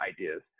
ideas